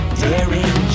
daring